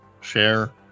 share